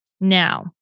Now